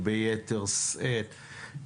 היא ביתר שאת,